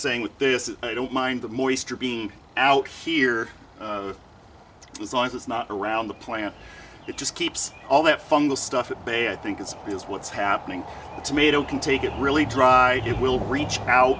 saying with this i don't mind the moisture being out here as long as it's not around the plant it just keeps all that fungal stuff at bay i think it's because what's happening to me it can take it really dry it will reach out